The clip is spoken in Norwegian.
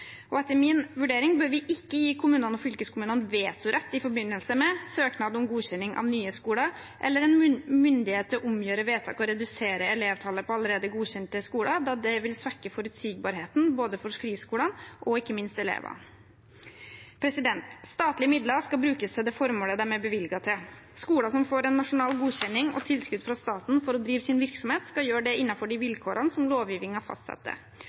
Etter min vurdering bør vi ikke gi kommunene og fylkeskommunene vetorett i forbindelse med søknad om godkjenning av nye skoler eller en myndighet til å omgjøre vedtak og redusere elevtallet på allerede godkjente skoler, da det vil svekke forutsigbarheten både for friskoler og, ikke minst, for elever. Statlige midler skal brukes til det formålet de er bevilget til. Skoler som får en nasjonal godkjenning og tilskudd fra staten for å drive sin virksomhet, skal gjøre det innenfor de vilkårene som lovgivningen fastsetter.